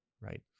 Right